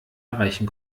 erreichen